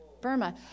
Burma